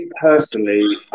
personally